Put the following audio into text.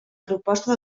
proposta